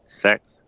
sex